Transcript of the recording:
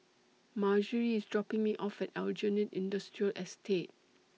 Margery IS dropping Me off At Aljunied Industrial Estate